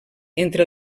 entre